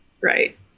right